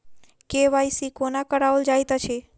KYC कोना कराओल जाइत अछि?